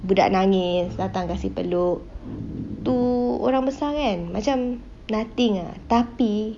budak nangis datang kasi peluk to orang besar kan macam nothing ah tapi